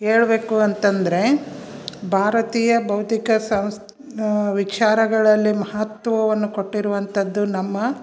ಹೇಳ್ಬೇಕು ಅಂತ ಅಂದ್ರೆ ಭಾರತೀಯ ಭೌತಿಕ ಸಂಸ್ ವಿಚಾರಗಳಲ್ಲಿ ಮಹತ್ವವನ್ನು ಕೊಟ್ಟಿರುವಂಥದ್ದು ನಮ್ಮ